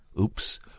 Oops